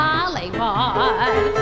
Hollywood